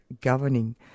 governing